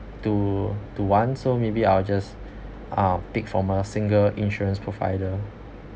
to to one so maybe i'll just uh pick from a single insurance provider